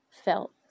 felt